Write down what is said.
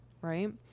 right